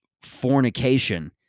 fornication